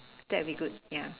that'll be good ya